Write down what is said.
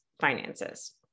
finances